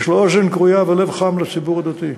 יש לו אוזן כרויה ולב חם לציבור הדתי,